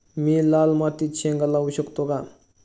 मी लाल मातीत शेंगा लावू शकतो का?